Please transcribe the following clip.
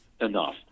enough